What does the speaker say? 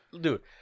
dude